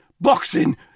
boxing